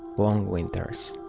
long winters.